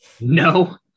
No